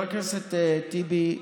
חבר הכנסת טיבי,